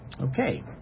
Okay